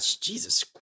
Jesus